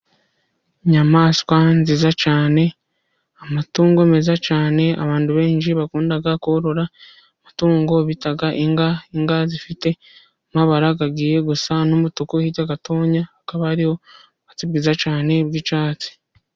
Inyayamaswa nziza cyane, amatungo meza cyane abantu benshi bakunda korora amatungo bita inka. Inka ufite mabarara agiye gusa n'umutuku hirya gatonya hakaba hariho ubwatsi bwiza cyane busa n'icyatsi.